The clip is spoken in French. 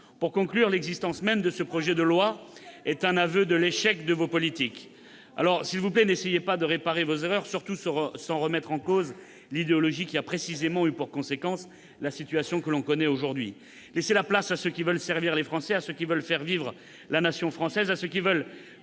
France ? L'existence même de ce projet de loi est un aveu de l'échec de vos politiques. Je vous en prie, n'essayez pas de réparer vos erreurs, d'autant que vous n'êtes pas prêts à remettre en cause l'idéologie qui a précisément eu pour conséquence la situation que nous connaissons. Laissez la place à ceux qui veulent servir les Français, à ceux qui veulent faire vivre la nation française, à ceux qui veulent